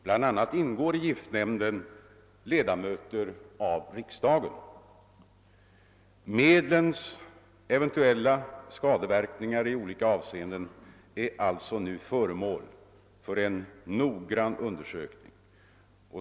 Bland annat ingår i nämnden ledamöter av riksdagen. Medlens eventuella skadeverkningar i olika avseenden är alltså nu föremål för noggrann undersökning.